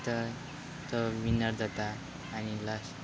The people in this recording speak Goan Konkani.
तर तो विनर जाता आनी लास्ट